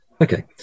Okay